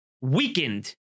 weakened